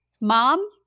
mom